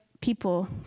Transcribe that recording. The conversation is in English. people